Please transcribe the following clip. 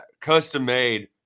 custom-made